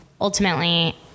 Ultimately